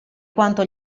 quanto